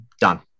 done